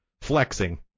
flexing